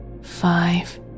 five